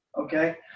okay